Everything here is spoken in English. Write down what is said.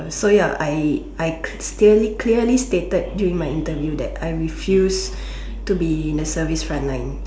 so ya I I clearly clearly stated during my interview that I refuse to be in the service front line